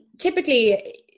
typically